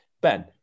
Ben